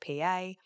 PA